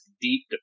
deep